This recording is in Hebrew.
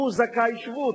והם זכאי שבות,